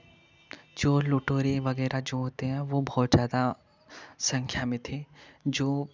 चोर लुटेरे वगैरह जो होते हैं वह बहुत ज़्यादा संख्या में थे जो